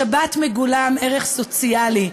בשבת מגולם ערך סוציאלי,